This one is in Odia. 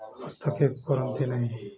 ହସ୍ତକ୍ଷେପ କରନ୍ତି ନାଇଁ